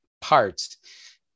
parts